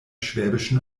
schwäbischen